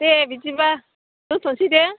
दे बिदिब्ला दोन्थ'नोसै दे